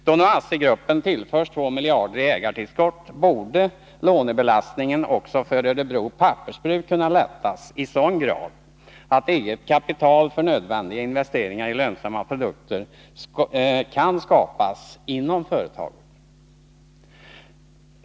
Då nu ASSI-gruppen tillförs 2 miljarder kronor i ägartillskott borde lånebelastningen också för Örebro Pappersbruk kunna lättas i sådan grad att eget kapital för nödvändiga investeringar i lönsamma produkter kan skapas inom företaget.